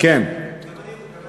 גם אני רוצה.